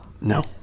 No